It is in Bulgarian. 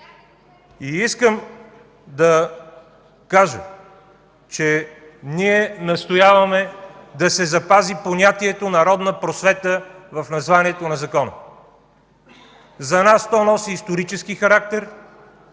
Искам да кажа, че ние настояваме да се запази понятието „народна просвета“ в названието на закона. За нас то носи исторически характер